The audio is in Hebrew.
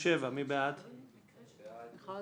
הצבעה בעד ההסתייגות 4 נגד,